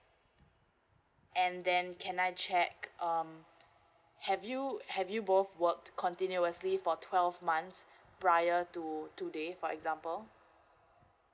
and then can I check um have you have you both worked continuously for twelve months prior to today for example